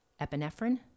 epinephrine